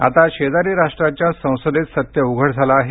आता शेजारी राष्ट्राच्या संसदेत सत्य उघड झालं आहे